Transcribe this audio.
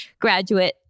graduate